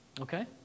Okay